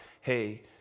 hey